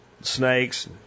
snakes